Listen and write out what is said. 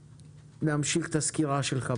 ולהמשיך את הסקירה שלך.